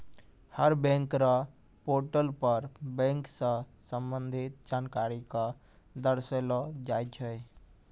हर bank र portal पर bank स संबंधित जानकारी क दर्शैलो जाय छै